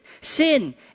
Sin